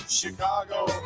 Chicago